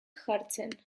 jartzen